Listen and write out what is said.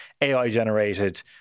AI-generated